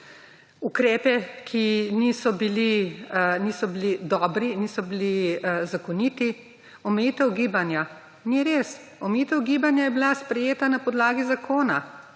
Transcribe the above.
ukrepe, ki niso bili dobri, niso bili zakoniti? Omejitev gibanja? Ni res, omejitev gibanja je bila sprejeta na podlagi zakona.